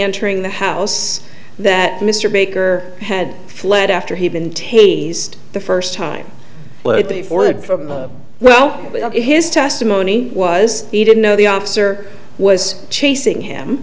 entering the house that mr baker had fled after he'd been tase the first time before the well his testimony was he didn't know the officer was chasing him